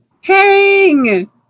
Herring